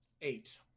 Eight